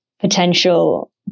potential